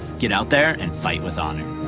get out there and fight with honor!